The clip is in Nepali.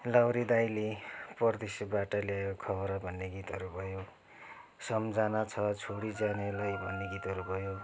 लाहुरे दाइले परदेशबाट ल्यायो खबर भन्ने गीतहरू भयो सम्झना छ छोडिजानेलाई भन्ने गीतहरू भयो